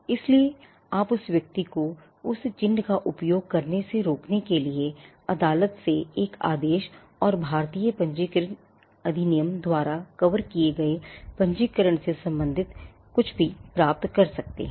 इसलिए आप उस व्यक्ति को उस चिह्न का उपयोग करने से रोकने के लिए अदालत से एक आदेश और भारतीय पंजीकरण अधिनियम द्वारा कवर किये गए पंजीकरण से संबंधित कुछ भी प्राप्त कर सकते हैं